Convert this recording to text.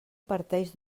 parteix